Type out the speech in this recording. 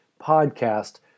podcast